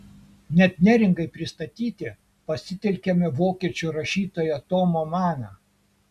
net neringai pristatyti pasitelkiame vokiečių rašytoją tomą maną